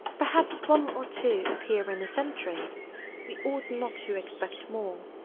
perhaps one or two appear in a century we ought not to expect more.